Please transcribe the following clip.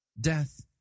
Death